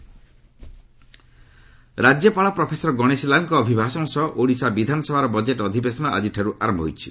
Odisha session ରାଜ୍ୟପାଳ professor Ganeshi ଲାଲ୍ଙ୍କ ଅଭିଭାଷଣ ସହ ଓଡ଼ିଶା ବିଧାନସଭାର ବଜେଟ୍ ଅଧିବେଶନ ଆଜିଠାରୁ ଆରମ୍ଭ ହୋଇଛି